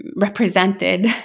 represented